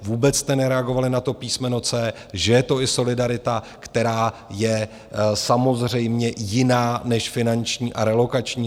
Vůbec jste nereagovali na to písmeno c), že je to i solidarita, která je samozřejmě jiná než finanční a relokační.